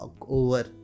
over